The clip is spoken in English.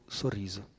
sorriso